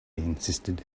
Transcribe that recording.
insisted